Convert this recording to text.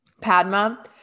Padma